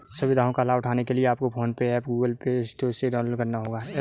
सुविधाओं का लाभ उठाने के लिए आपको PhonePe app Google play store से डाउनलोड करना होगा